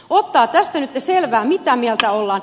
ottaa tästä nyt selvää mitä mieltä ollaan